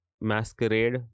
masquerade